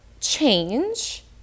change